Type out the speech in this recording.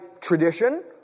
tradition